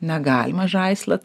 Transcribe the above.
negalima žaislą